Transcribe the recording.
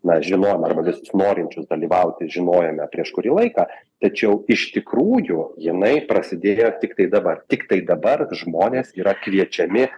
na žinojom arba visus norinčius dalyvauti žinojome prieš kurį laiką tačiau iš tikrųjų jinai prasidėjo tiktai dabar tiktai dabar žmonės yra kviečiami